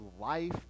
life